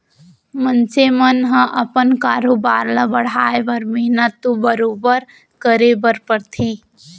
मनसे मन ह अपन कारोबार ल बढ़ाए बर मेहनत तो बरोबर करे बर परथे